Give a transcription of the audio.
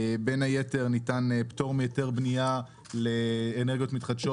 בין היתר, ניתן פטור מהיתר בנייה לאנרגיות מתחדשות